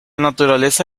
naturaleza